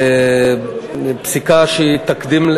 פסיקה שהיא תקדים,